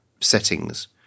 settings